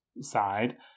side